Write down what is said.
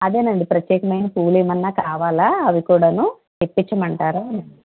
అదేనండి ప్రత్యేకమైన పువ్వులు ఏమైనా కావాలా అవి కూడా తెప్పించమంటారా